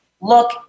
look